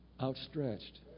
Outstretched